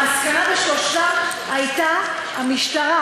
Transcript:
המסקנה בשלושתם הייתה: המשטרה,